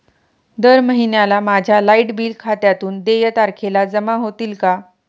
दर महिन्याला माझ्या लाइट बिल खात्यातून देय तारखेला जमा होतील का?